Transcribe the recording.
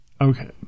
Okay